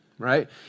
right